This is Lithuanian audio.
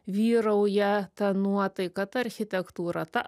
vyrauja ta nuotaika ta architektūra ta